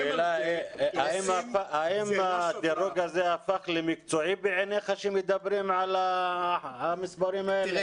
השאלה האם הדירוג הזה הפך למקצועי בעיניך שמדברים על המספרים האלה?